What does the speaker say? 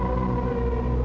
or